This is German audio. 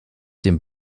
dem